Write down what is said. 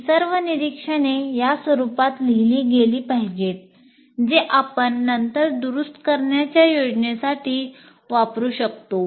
ही सर्व निरीक्षणे या स्वरूपात लिहिली गेली पाहिजेत जे आपण नंतर दुरुस्त करण्याच्या योजनेसाठी वापरू शकतो